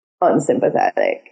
unsympathetic